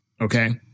okay